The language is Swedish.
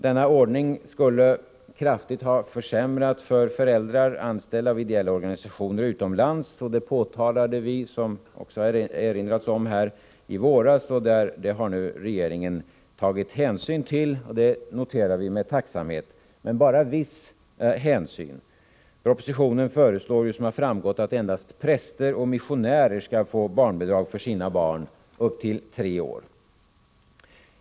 Denna ordning skulle kraftigt ha försämrat för föräldrar anställda vid ideella organisationer utomlands. Det påtalades också, som här har erinrats om, i våras. Det har regeringen nu tagit hänsyn till, och detta noterar vi med tacksamhet, men bara viss hänsyn. I propositionen föreslås, som framgått, att endast präster och missionärer skall få barnbidrag för sina barn upp till tre år.